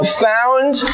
found